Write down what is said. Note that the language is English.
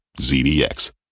ZDX